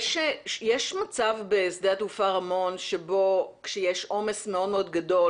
יש מצב בשדה התעופה רמון שבו כשיש עומס מאוד מאוד גדול,